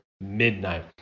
Midnight